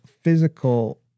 physical